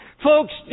Folks